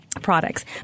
products